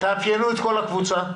את כל הקבוצה.